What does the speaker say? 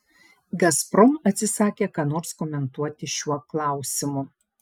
gazprom atsisakė ką nors komentuoti šiuo klausimu